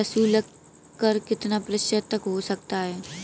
प्रशुल्क कर कितना प्रतिशत तक हो सकता है?